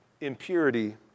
impurity